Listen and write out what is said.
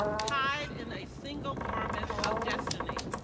tied in a single garment of destiny.